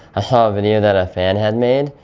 ah saw a video that a fan had made,